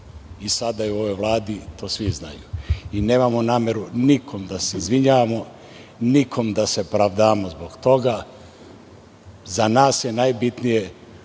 i sada je u ovoj Vladi, to svi znaju. Nemamo nameru nikom da se izvinjavamo, nikome da se pravdamo zbog toga. Za nas je najbitnije